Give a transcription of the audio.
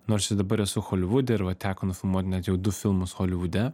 nors ir dabar esu holivude ir va teko nufilmuot net jau du filmus holivude